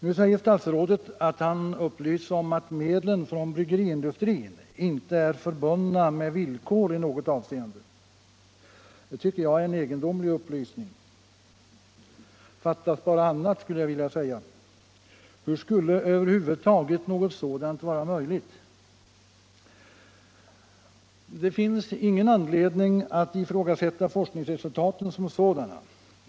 Nu säger statsrådet att han upplysts om att medlen från bryggeriindustrin inte är förbundna med villkor i något avseende. Det tycker jag är en egendomlig upplysning. Fattas bara annat, skulle jag vilja säga. Hur skulle över huvud taget något annat vara möjligt? Det finns ingen anledning att ifrågasätta forskningsresultaten som sådana.